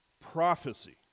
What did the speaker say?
prophecy